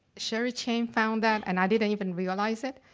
sherry chang found that and i didn't even realize it.